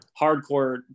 hardcore